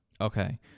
Okay